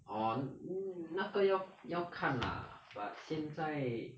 orh 那那个要看 lah but 现在